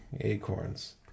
acorns